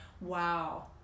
wow